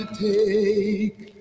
take